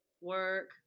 work